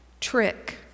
trick